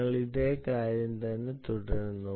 ഞങ്ങൾ അതേ കാര്യം തന്നെ തുടരുന്നു